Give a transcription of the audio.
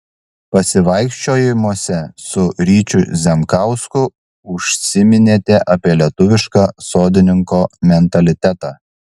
pasivaikščiojimuose su ryčiu zemkausku užsiminėte apie lietuvišką sodininko mentalitetą